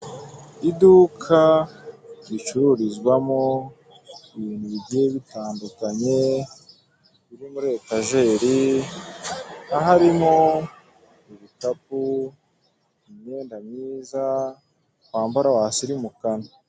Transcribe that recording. Iduka ricururizwamo ibintu bigiye bitandukanye biri muri etajeri, hakaba harimo ibikapu, imyenda myiza wambara wasirimukana.